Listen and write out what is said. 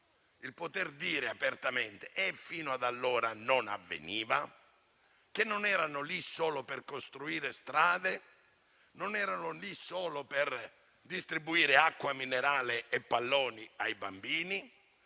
poter dire apertamente - e fino ad allora non avveniva - che non erano lì solo per costruire strade e distribuire acqua minerale e palloni ai bambini,